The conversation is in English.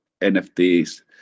nfts